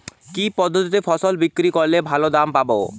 কি পদ্ধতিতে ফসল বিক্রি করলে ভালো দাম পাব?